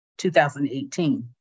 2018